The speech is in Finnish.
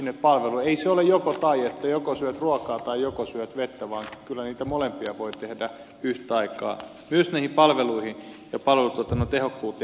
ei se ole jokotai että joko syöt ruokaa tai joko juot vettä vaan kyllä niitä molempia voi tehdä yhtä aikaa myös näihin palveluihin ja palvelutuotannon tehokkuuteen